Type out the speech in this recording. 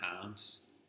hands